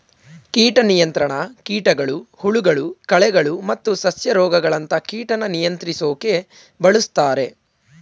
ಕೀಟ ನಿಯಂತ್ರಣ ಕೀಟಗಳು ಹುಳಗಳು ಕಳೆಗಳು ಮತ್ತು ಸಸ್ಯ ರೋಗಗಳಂತ ಕೀಟನ ನಿಯಂತ್ರಿಸೋಕೆ ಬಳುಸ್ತಾರೆ